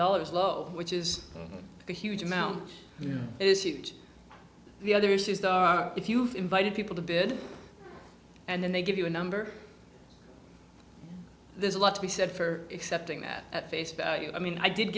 dollars low which is a huge amount is huge the other issues are if you've invited people to bid and then they give you a number there's a lot to be said for accepting that at face value i mean i did